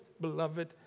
beloved